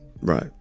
Right